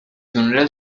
funeral